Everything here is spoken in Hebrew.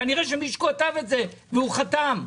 כנראה שמישהו כתב את זה והוא חתם.